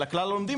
אלא כלל הלומדים,